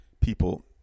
people